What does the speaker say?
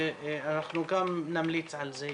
ואנחנו גם נמליץ על זה.